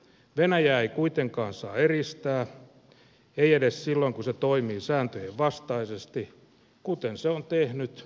venäjää ei kuitenkaan saa eristää ei edes silloin kun se toimii sääntöjenvastaisesti kuten se on tehnyt ja tekee